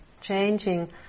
changing